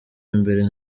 imbere